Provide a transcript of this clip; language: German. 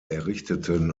errichteten